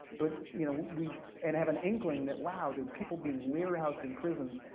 but you know, we and have an inkling that wow, there are people being warehoused in prisons,